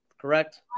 Correct